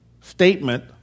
statement